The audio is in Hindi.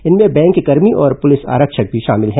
इनमें बैंककर्मी और पुलिस आरक्षक भी शामिल हैं